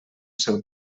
seu